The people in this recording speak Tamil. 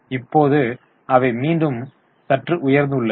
இப்போது அவை மீண்டும் சற்று உயர்ந்துள்ளது